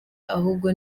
ahubwo